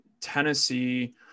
Tennessee